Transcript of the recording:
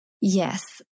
Yes